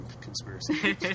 conspiracy